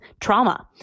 trauma